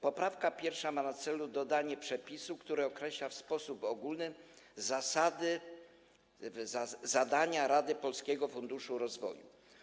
Poprawka pierwsza ma na celu dodanie przepisu, który w sposób ogólny określa zadania Rady Polskiego Funduszu Rozwoju.